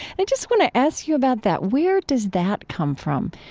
i just want to ask you about that. where does that come from?